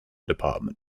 department